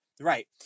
right